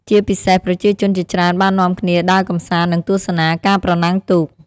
ជាពិសេស ប្រជាជនជាច្រើនបាននាំគ្នា ដើរកម្សាន្ត និងទស្សនាការប្រណាំងទូក។